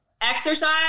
exercise